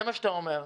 זה מה שאתה אומר?